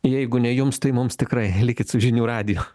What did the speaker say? jeigu ne jums tai mums tikrai likit su žinių radiju